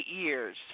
years